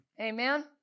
amen